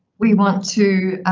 we want to,